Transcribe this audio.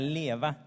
leva